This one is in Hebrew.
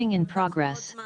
10:36.